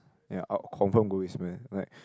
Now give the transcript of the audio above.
ya I'll confirm go basement like